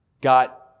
got